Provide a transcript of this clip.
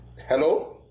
Hello